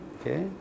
okay